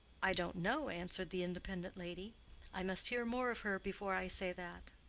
i don't know, answered the independent lady i must hear more of her before i say that.